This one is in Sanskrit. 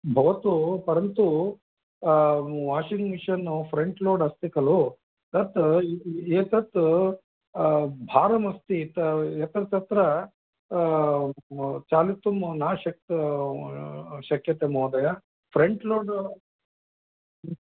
भवतु परन्तु वाशिङ्ग् मिशिन् फ्रण्ड् लोड् अस्ति खलु तत् एतत् भारमस्ति यत्र तत्र चालितुं न शक्य न शक्यते महोदय फ्रण्ट् लोड्